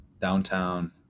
downtown